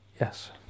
Yes